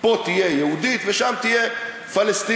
פה תהיה יהודית ושם תהיה פלסטינית,